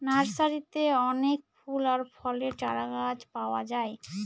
নার্সারিতে অনেক ফুল আর ফলের চারাগাছ পাওয়া যায়